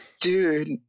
Dude